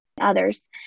others